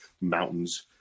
mountains